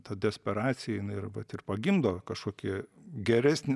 ta desperacija ir vat ir pagimdo kažkokį geresnį